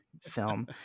film